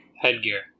Headgear